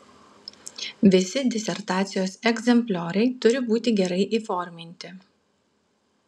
visi disertacijos egzemplioriai turi būti gerai įforminti